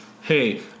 hey